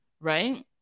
right